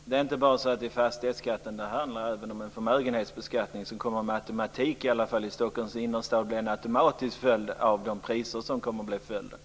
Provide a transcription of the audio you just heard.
Fru talman! Det handlar inte bara om fastighetsskatten. Det handlar även om en förmögenhetsbeskattning, som i Stockholms innerstad med automatik kommer att bli följden av priserna.